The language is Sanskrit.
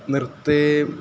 नृत्ते